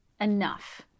Enough